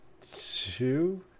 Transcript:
two